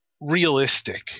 realistic